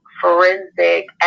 forensic